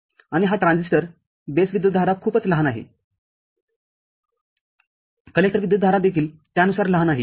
आणि हा transistor base विद्युतधारा खूपच लहान आहे कलेक्टर विद्युतधारा देखील त्यानुसार लहान आहे